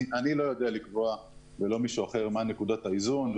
אני לא יודע לקבוע מהי נקודת האיזון.